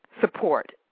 support